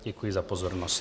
Děkuji za pozornost.